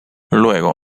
luego